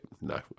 no